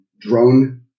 drone